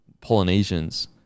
Polynesians